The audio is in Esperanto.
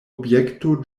objekto